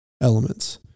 Elements